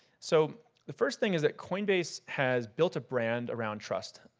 so the first thing is that coinbase has built a brand around trust.